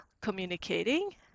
communicating